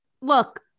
Look